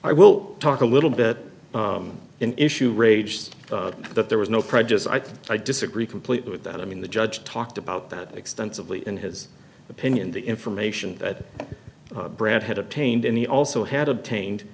i well talk a little bit in issue raged that there was no prejudice i think i disagree completely with that i mean the judge talked about that extensively in his opinion the information that brad had obtained in the also had obtained